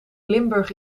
limburg